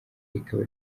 rikaba